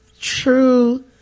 true